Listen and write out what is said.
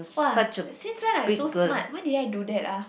!wah! since when I so smart when did I do that ah